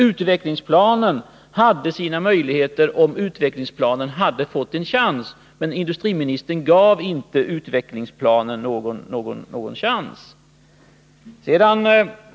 Utvecklingsplanen hade sina möjligheter, om den hade fått en chans. Men industriministern gav inte utvecklingsplanen någon sådan.